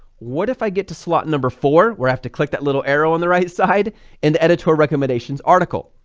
what if i get to slot number four? where i have to click that little arrow on the right side and the editorial recommendations article?